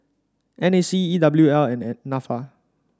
N A C E W L and NAFA